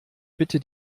bitte